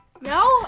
no